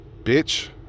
Bitch